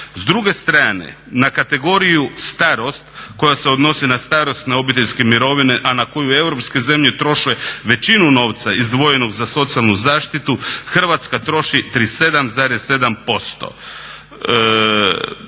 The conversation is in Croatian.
S druge strane na kategoriju starost koja se odnosi na starosne obiteljske mirovine, a na koju europske zemlje troše većinu novca izdvojenog za socijalnu zaštitu Hrvatska troši 37,7%.